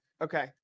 Okay